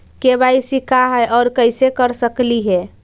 KYC का है, और कैसे कर सकली हे?